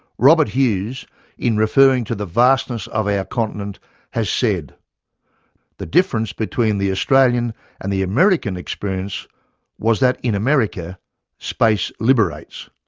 robert hughes in referring to the vastness of our continent has said the difference between the australian and the american experience was that in america space liberates,